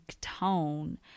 tone